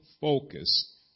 focus